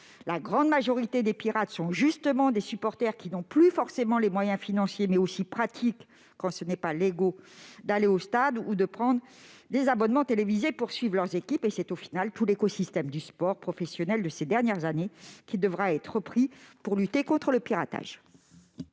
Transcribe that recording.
la grande majorité des pirates sont justement des supporters qui n'ont plus forcément les moyens financiers, pratiques, voire légaux, d'aller au stade ou de prendre des abonnements télévisés pour suivre leur équipe. Finalement, c'est tout l'écosystème du sport professionnel mis en place au cours de ces dernières années qui devra être revu pour lutter contre le piratage.